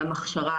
גם הכשרה,